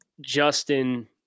justin